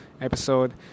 episode